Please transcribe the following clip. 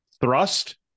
thrust